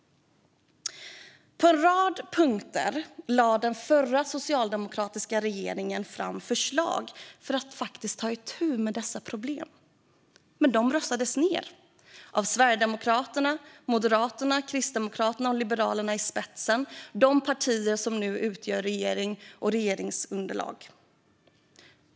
På en rad punkter lade den förra socialdemokratiska regeringen fram förslag för att ta itu med dessa problem. Men de röstades ned av Sverigedemokraterna, Moderaterna, Kristdemokraterna och Liberalerna i spetsen. Det är de partier som nu utgör regering och regeringsunderlag.